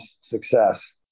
success